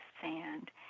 sand